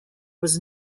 was